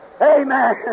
Amen